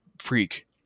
freak